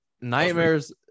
nightmares